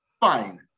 fine